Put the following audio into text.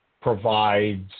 provides